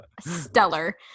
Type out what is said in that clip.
stellar